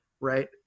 right